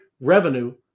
revenue